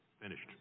Finished